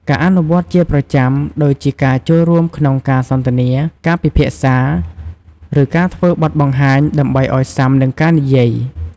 ការ អនុវត្តជាប្រចាំ ដូចជាការចូលរួមក្នុងការសន្ទនា ការពិភាក្សា ឬការធ្វើបទបង្ហាញ ដើម្បីឱ្យស៊ាំនឹងការនិយាយ។